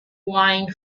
wine